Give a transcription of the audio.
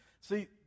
See